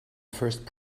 first